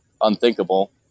unthinkable